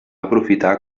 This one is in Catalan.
aprofitar